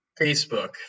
Facebook